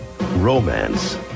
romance